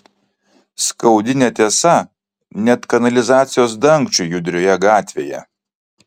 skaudi netiesa net kanalizacijos dangčiui judrioje gatvėje